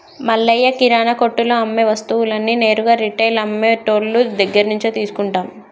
మల్లయ్య కిరానా కొట్టులో అమ్మే వస్తువులన్నీ నేరుగా రిటైల్ అమ్మె టోళ్ళు దగ్గరినుంచే తీసుకుంటాం